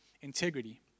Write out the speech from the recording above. integrity